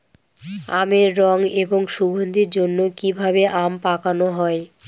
আমের রং এবং সুগন্ধির জন্য কি ভাবে আম পাকানো হয়?